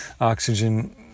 oxygen